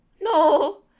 no